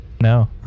No